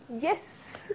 yes